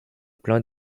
plein